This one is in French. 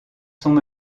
sont